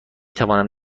توانم